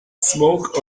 smoke